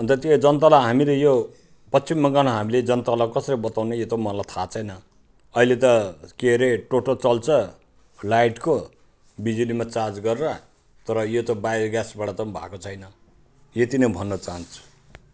अन्त त्यो जनतालाई हामीले यो पश्चिम बङ्गालमा हामीले जनतालाई कसरी बताउने यो त मलाई थाह छैन अहिले त के अरे टोटो चल्छ लाइटको बिजुलीमा चार्ज गरेर तर यो त बायोग्यासबाट त भएको छैन यति नै भन्न चाहन्छु